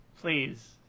Please